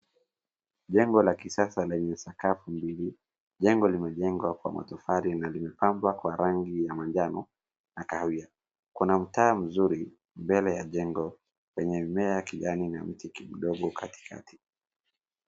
Jengo la kisasa lenye sakafu mbili. Jengo limejengwa kwa matofali na limepambwa kwa rangi ya majano na kahawia. Kuna mtaa mzuri mbele ya jengo lenye mimea ya kijani na miti kidogo katikati.